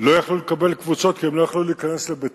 לא היו יכולים לקבל קבוצות כי הם לא היו יכולים להיכנס לבית-לחם.